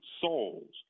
souls